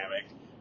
dynamic